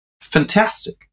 fantastic